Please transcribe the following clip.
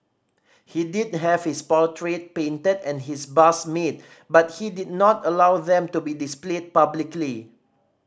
he did have his portrait painted and his bust made but he did not allow them to be displayed publicly